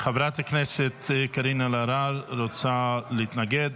חברת הכנסת קארין אלהרר רוצה להתנגד.